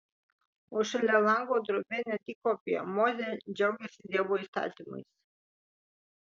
o šalia lango drobė ne tik kopija mozė džiaugiasi dievo įstatymais